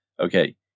okay